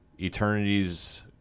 Eternity's